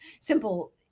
simple